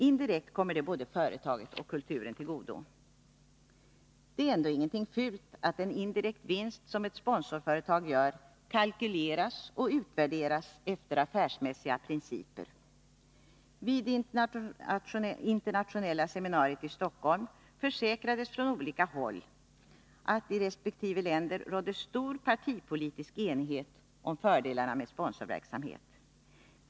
Indirekt kommer det både företaget och kulturen till godo. Det är ändå ingenting fult att en indirekt vinst som ett sponsorföretag gör kalkyleras och utvärderas efter affärsmässiga principer. Vid det internationella seminariet i Stockholm försäkrades från olika håll att det i resp. länder råder stor partipolitisk enighet om fördelarna med sponsorverksamhet.